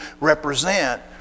represent